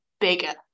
bigger